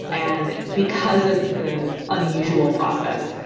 and because of the unusual process,